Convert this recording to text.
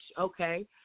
Okay